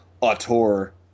auteur